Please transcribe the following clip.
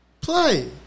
Play